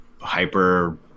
hyper